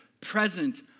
present